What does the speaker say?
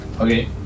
Okay